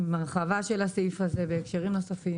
עם הרחבה של הסעיף הזה בהקשרים נוספים.